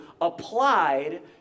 applied